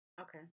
Okay